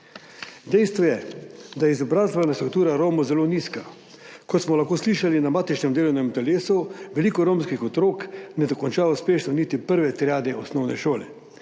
Dejstvo je, da je izobrazbena struktura Romov zelo nizka. Kot smo lahko slišali na matičnem delovnem telesu, veliko romskih otrok ne dokonča uspešno niti prve triade osnovne šole.